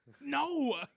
No